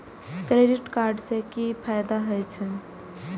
Credit card से कि फायदा होय छे?